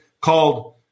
called